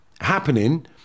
happening